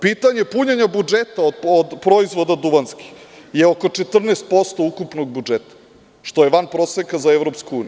Pitanje punjenja budžeta od proizvoda duvanskih je oko 14% ukupnog budžeta, što je van proseka za EU.